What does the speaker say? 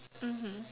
mmhmm